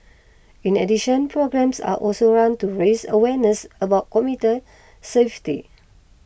in addition programmes are also run to raise awareness about commuter safety